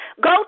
go